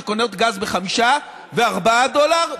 שקונות גז ב-5 וב-4 דולר,